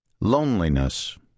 Loneliness